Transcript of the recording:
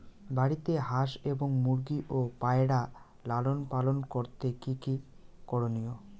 বাড়িতে হাঁস এবং মুরগি ও পায়রা লালন পালন করতে কী কী করণীয়?